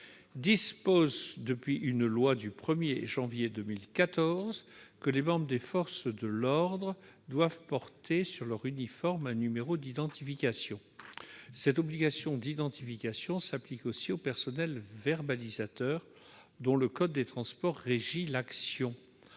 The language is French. dispose, depuis une loi du 1 janvier 2014, que les membres des forces de l'ordre doivent porter sur leur uniforme un numéro d'identification. Cette obligation d'identification s'applique aussi aux personnels verbalisateurs dont le code des transports régit l'action.